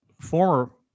former